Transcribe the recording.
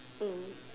mm